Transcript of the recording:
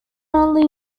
only